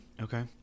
Okay